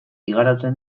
igarotzen